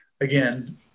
again